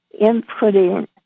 inputting